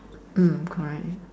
mm correct